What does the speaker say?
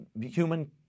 human